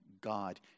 God